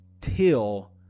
till